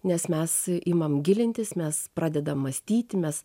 nes mes imam gilintis mes pradedam mąstyti mes